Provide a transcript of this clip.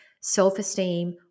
self-esteem